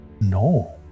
No